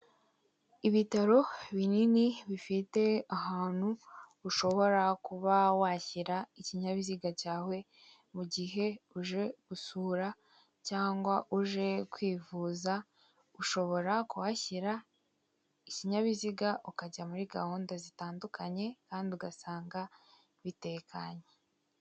Ibitaro binini bifite ahantu ushobora kuba washyira ikinyabiziga cyawe mu mugihe uje gusura cyangwa uje kwivuza ushobora kuhashyira ikinyabiziga ukajya muri gahunda zitandukanye kandi ugasanga bitekanye.